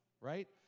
Right